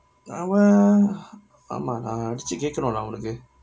அவ ஆமா நா அடிச்சி கேக்கனும் நா அவனுக்கு:ava aamaa naa adichi kekkanum naa avanakku